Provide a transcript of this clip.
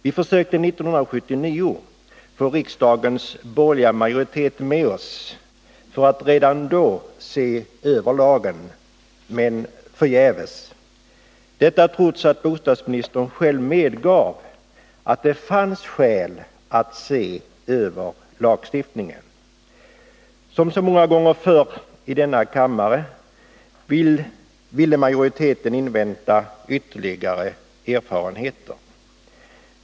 Vi försökte 1979 få riksdagens borgerliga majoritet med oss för att redan då se över lagen — men förgäves, detta trots att bostadsministern själv medgav att det fanns skäl att se över lagstiftningen. Som så många gånger förr i denna kammare ville majoriteten invänta ytterligare erfarenheter.